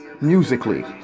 musically